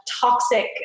toxic